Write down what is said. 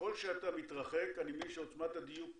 ככל שאתה מתרחק אני מבין שעוצמת הדיוק קטנה,